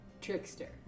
Trickster